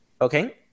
Okay